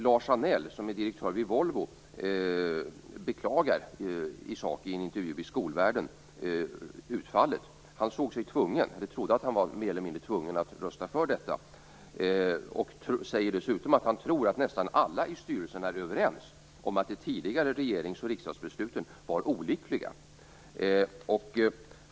Lars Anell, som är direktör på Volvo, beklagar utfallet i en intervju i Skolvärlden. Han trodde att han var mer eller mindre tvungen att rösta för detta. Han säger dessutom att han tror att nästan alla i styrelsen är överens om att de tidigare regerings och riksdagsbesluten var olyckliga.